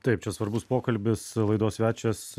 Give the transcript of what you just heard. taip čia svarbus pokalbis laidos svečias